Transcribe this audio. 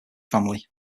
family